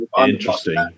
interesting